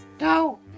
No